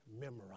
memorize